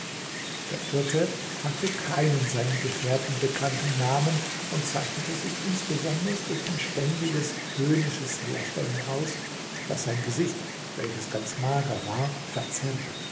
der vierte hatte keinen seinen gefährten bekannten namen und zeichnete sich insonders durch ein ständiges höhnisches lächeln aus das sein gesicht welches ganz mager war verzerrte